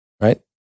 Right